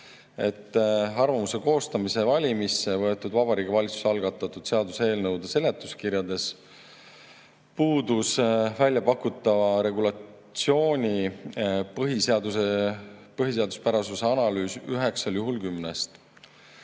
et arvamuse koostamise valimisse võetud Vabariigi Valitsuse algatatud seaduseelnõude seletuskirjades puudus pakutava regulatsiooni põhiseaduspärasuse analüüs üheksal juhul kümnest.